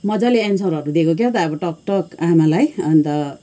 मजाले एन्सरहरू दिएको के हो त अब टक टक आमालाई अन्त